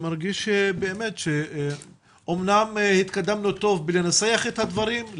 אני מרגיש שאמנם התקדמנו טוב בלנסח את הדברים,